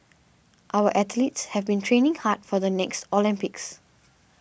our athletes have been training hard for the next Olympics